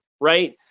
Right